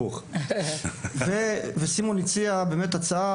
סימון הציע הצעה,